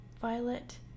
violet